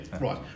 right